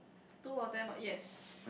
two of them uh yes